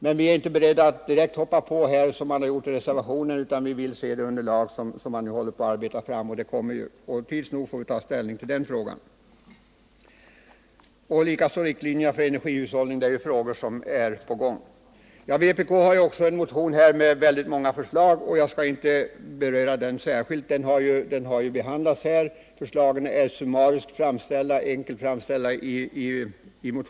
Men vi är inte beredda att direkt hoppa på detta förslag, vilket reservanterna förordar, utan vi vill först se det underlag som håller på att arbetas fram. Tids nog får vi ta ställning till denna fråga. Likaså är riktlinjer för energihushållning på gång: bl.a. har länsstyrelserna fått regeringens uppdrag att pröva frågan i samband med Länsplan 1980. Vpk har också väckt en motion med många förslag. Jag skall inte beröra motionen särskilt mycket. då den tidigare har behandlats här. Förslagen är summariskt och enkelt framställda.